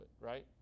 right